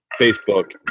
Facebook